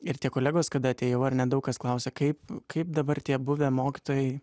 ir tie kolegos kada atėjau ar ne daug kas klausia kaip kaip dabar tie buvę mokytojai